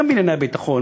גם בענייני הביטחון,